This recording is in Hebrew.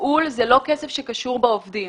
התפעול הוא לא כסף שקשור בעובדים.